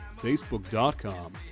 facebook.com